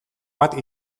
bat